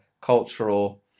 cultural